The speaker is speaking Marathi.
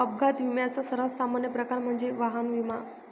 अपघात विम्याचा सर्वात सामान्य प्रकार म्हणजे वाहन विमा